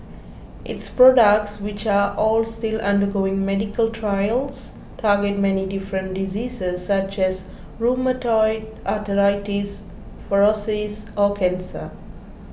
its products which are all still undergoing medical trials target many different diseases such as rheumatoid arthritis psoriasis or cancer